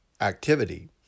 activity